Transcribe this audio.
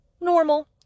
Normal